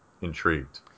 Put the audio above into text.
intrigued